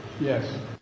Yes